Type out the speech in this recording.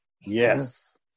Yes